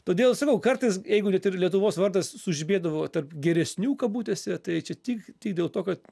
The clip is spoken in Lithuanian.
todėl sakau kartais jeigu net ir lietuvos vardas sužibėdavo tarp geresnių kabutėse tai čia tik tik dėl to kad